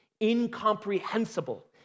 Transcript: incomprehensible